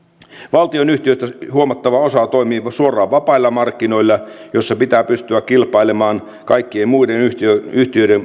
valtionyhtiöistä huomattava osa toimii suoraan vapailla markkinoilla missä pitää pystyä kilpailemaan kaikkien muiden yhtiöiden